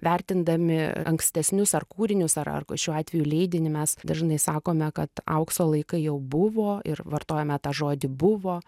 vertindami ankstesnius ar kūrinius ar ar šiuo atveju leidinį mes dažnai sakome kad aukso laikai jau buvo ir vartojame tą žodį buvo